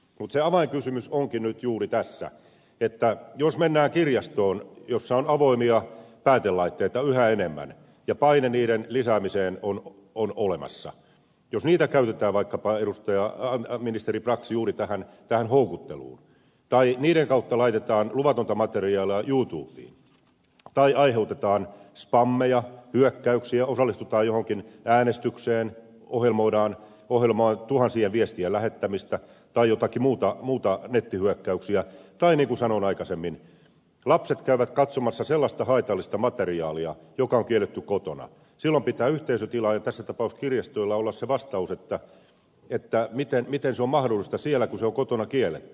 mutta se avainkysymys onkin nyt juuri tässä että jos mennään kirjastoon jossa on avoimia päätelaitteita yhä enemmän ja paine niiden lisäämiseen on olemassa niin jos niitä käytetään vaikkapa ministeri brax juuri tähän houkutteluun tai niiden kautta laitetaan luvatonta materiaalia youtubeen tai aiheutetaan spameja hyökkäyksiä osallistutaan johonkin äänestykseen ohjelmoidaan tuhansien viestien lähettämistä tai joitakin muita nettihyökkäyksiä tai niin kuin sanoin aikaisemmin lapset käyvät katsomassa sellaista haitallista materiaalia joka on kielletty kotona silloin pitää yhteisötilaajalla tässä tapauksessa kirjastoilla olla vastaus miten se on mahdollista siellä kun se on kotona kielletty